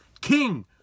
king